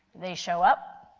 they show up,